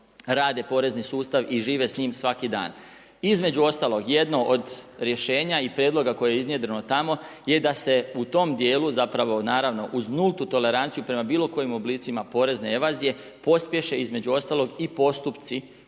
rade porezni sustav i žive s njim svaki dan. Između ostalog, jedno od rješenja i prijedloga koje je iznjedreno tamo je da se u tom dijelu uz nultu toleranciju prema bilo kojim oblicima porezne evazije, pospješe između ostalog i postupci